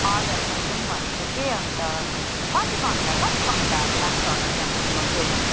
हजुर म जाऊँ भनेको कि अनि त कति घन्टा कति घन्टाहरू लाग्छ होला त्यहाँ पुग्नु चाहिँ